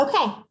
Okay